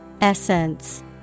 Essence